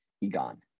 Egon